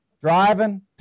driving